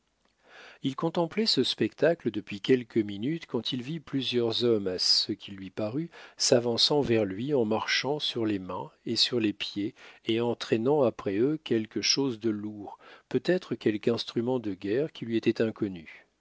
il contemplait ce spectacle depuis quelques minutes quand il vit plusieurs hommes à ce qu'il lui parut s'avançant vers lui en marchant sur les mains et sur les pieds et en traînant après eux quelque chose de lourd peut-être quelque instrument de guerre qui lui était inconnu